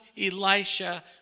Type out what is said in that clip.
Elisha